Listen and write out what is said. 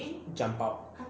jump out